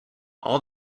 all